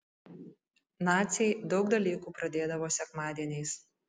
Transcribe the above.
naciai daug dalykų pradėdavo sekmadieniais